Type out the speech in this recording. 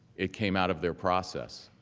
it came out of their process.